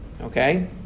okay